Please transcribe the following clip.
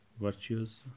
virtues